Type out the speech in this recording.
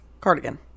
cardigan